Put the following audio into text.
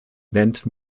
nennt